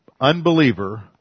unbeliever